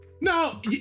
no